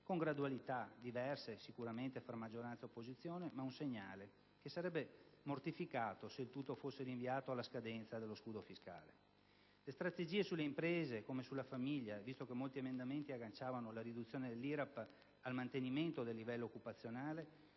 con gradualità diverse tra maggioranza ed opposizione; tale attesa sarebbe mortificata se tutto fosse rinviato alla scadenza dello scudo fiscale. Le strategie, sulle imprese come sulla famiglia, visto che molti emendamenti agganciavano la riduzione dell'IRAP al mantenimento del livello occupazionale,